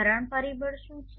ભરણ પરિબળ શું છે